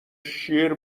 شیر